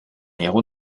héros